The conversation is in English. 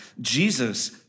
Jesus